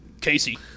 Casey